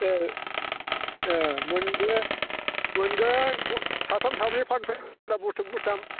ए ए मोनगोन मोनगोन साथाम साब्रै फानफैयो बुथुम बुथाम